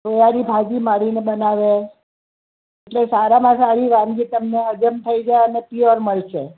સુવાની ભાજી મળીને બનાવે એટલે સારામાં સારી વાનગી તમને હજમ થઇ જાય અને પ્યોર મળશે